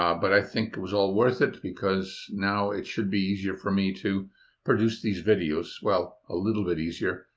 um but i think it was all worth it, because now it should be easier for me to produce these videos well, a little bit easier.